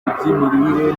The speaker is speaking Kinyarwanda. iby’imirire